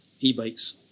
e-bikes